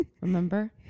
Remember